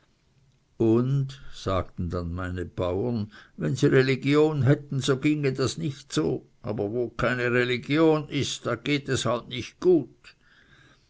und sagten dann meine bauern wenn sie religion hätten so ginge das nicht so aber wo keine religion ist da geht es halt nicht gut